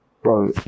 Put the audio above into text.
Bro